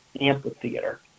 amphitheater